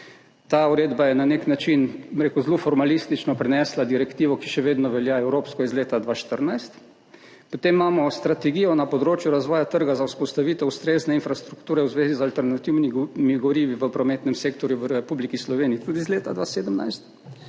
Ta uredba je na nek način, bom rekel, zelo formalistično prenesla evropsko direktivo iz leta 2014, ki še vedno velja. Potem imamo strategijo na področju razvoja trga za vzpostavitev ustrezne infrastrukture v zvezi z alternativnimi gorivi v prometnem sektorju v Republiki Sloveniji, tudi iz leta 2017.